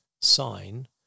sign